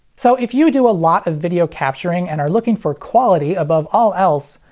so, if you do a lot of video capturing and are looking for quality above all else,